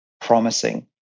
promising